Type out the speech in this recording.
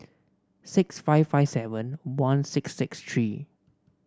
six five five seven one six six three